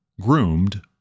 groomed